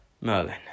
Merlin